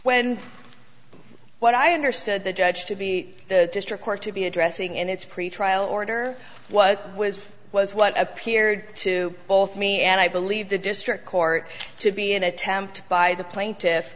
when what i understood the judge to be the district court to be addressing in its pretrial order what was was what appeared to both me and i believe the district court to be an attempt by the plaintiff